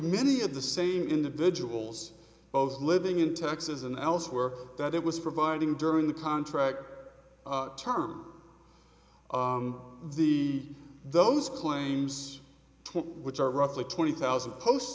many of the same individuals of living in texas and elsewhere that it was providing during the contract term the those claims which are roughly twenty thousand post